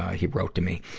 he wrote to me.